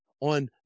on